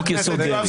"חוק-יסוד: דרעי".